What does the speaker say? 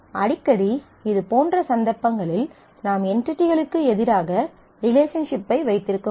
அடிக்கடி இதுபோன்ற சந்தர்ப்பங்களில் நாம் என்டிடிகளுக்கு எதிராக ரிலேஷன்ஷிப்பை வைத்திருக்க முடியும்